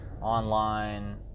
online